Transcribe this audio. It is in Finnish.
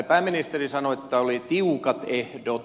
pääministeri sanoi että oli tiukat ehdot